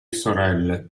sorelle